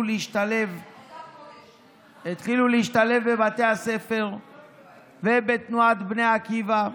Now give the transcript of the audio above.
להשתלב בבתי הספר ובתנועת בני עקיבא.